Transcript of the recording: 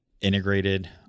integrated